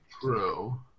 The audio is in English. True